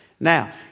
Now